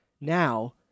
Now